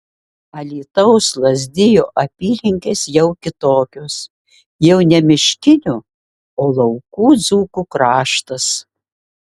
alytaus lazdijų apylinkės jau kitokios jau ne miškinių o laukų dzūkų kraštas